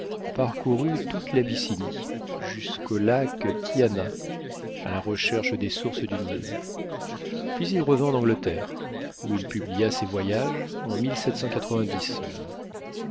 parcourut toute labyssinie jusqu'au lac tyana à la recherche des sources du nil puis il revint en angleterre où il publia ses voyages en